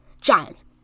Giants